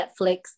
Netflix